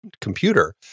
computer